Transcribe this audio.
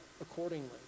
accordingly